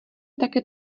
také